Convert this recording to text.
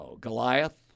Goliath